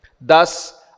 Thus